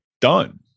done